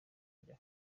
rya